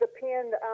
depend